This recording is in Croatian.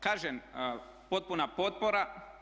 Kažem, potpuna potpora.